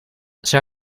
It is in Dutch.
zou